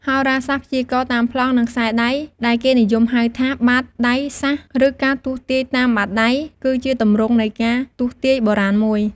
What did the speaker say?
ហោរាសាស្ត្រព្យាករណ៍តាមប្លង់ និងខ្សែដៃ ដែលគេនិយមហៅថា បាតដៃសាស្រ្ត ឬ ការទស្សន៍ទាយតាមបាតដៃ គឺជាទម្រង់នៃការទស្សន៍ទាយបុរាណមួយ។